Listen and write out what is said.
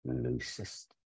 loosest